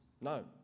No